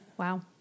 Wow